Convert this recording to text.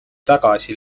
tagasi